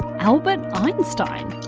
albert einstein.